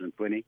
2020